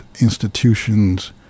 institutions